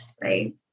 Right